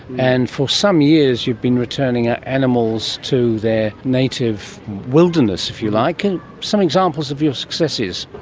and for some years you've been returning ah animals to their native wilderness, if you like. and some examples of your successes?